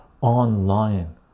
online